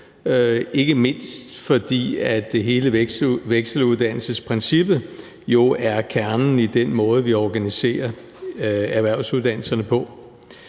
ikke mindst fordi hele vekseluddannelsesprincippet jo er kernen i den måde, vi organiserer erhvervsuddannelserne på.